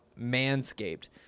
Manscaped